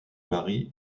mari